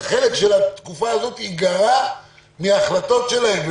החלק של התקופה הזאת ייגרע מההחלטות שלהם.